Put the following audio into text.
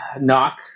Knock